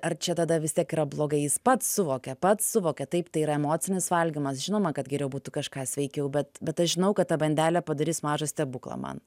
ar čia tada vis tiek yra blogai jis pats suvokia pats suvokia taip tai yra emocinis valgymas žinoma kad geriau būtų kažką sveikiau bet bet aš žinau kad ta bandelė padarys mažą stebuklą man